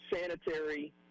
sanitary